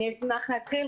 אני אשמח להתחיל.